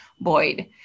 Boyd